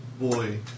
boy